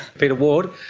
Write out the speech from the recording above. peter ward,